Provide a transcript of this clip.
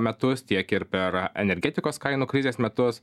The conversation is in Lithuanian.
metus tiek ir per energetikos kainų krizės metus